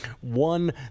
one